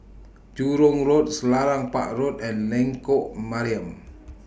Jurong Road Selarang Park Road and Lengkok Mariam